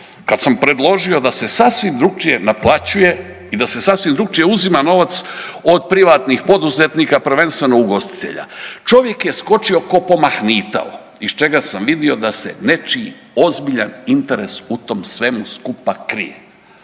kad sam predložio da se sasvim drukčije naplaćuje i da se sasvim drukčije uzima novac od privatnih poduzetnika, prvenstveno ugostitelja. Čovjek je skočio ko pomahnitao iz čega sam vidio da se nečiji ozbiljan interes u tom svemu skupa krije.